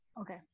Okay